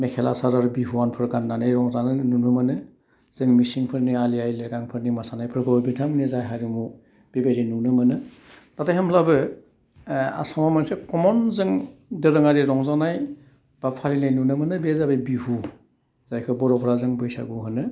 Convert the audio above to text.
मेखेला सादर बिहुनफोर गान्नानै रंजानाय नुनो मोनो जों मिसिंफोरनि आलि आइ रेगांफोरनि मोसानायफोरखौ बिथांमोननि जा हारिमु बेबायदि नुनो मोनो नाथाइ होमब्लाबो आसामाव मोनसे खमन जों दोरोङारि रंजानाय बा फालिनाय नुनो मोनो बे जाबाय बिहु जायखौ बर'फ्रा जों बैसागु होनो